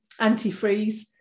antifreeze